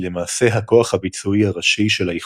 היא למעשה הכוח הביצועי הראשי של האיחוד,